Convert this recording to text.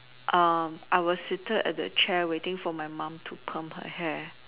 I was seated at the chair waiting for my mom to perm her hair